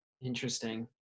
Interesting